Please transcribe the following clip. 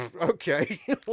okay